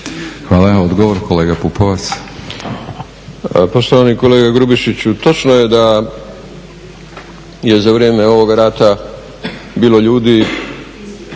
**Pupovac, Milorad (SDSS)** Poštovani kolega Grubišiću, točno je da je za vrijeme ovog rata bilo ljudi